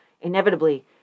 inevitably